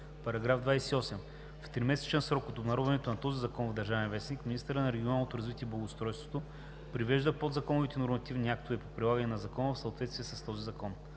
§ 28. В тримесечен срок от обнародването на този закон в „Държавен вестник“ министърът на регионалното развитие и благоустройството привежда подзаконовите нормативни актове по прилагане на закона в съответствие с този закон.